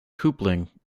coupling